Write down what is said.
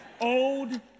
old